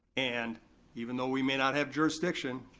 and even though we may not have jurisdiction,